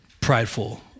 prideful